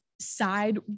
side